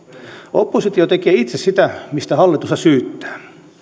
oppositio tekee itse sitä mistä hallitusta syyttää